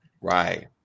Right